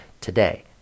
today